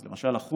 אז למשל החומוס,